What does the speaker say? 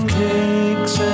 cakes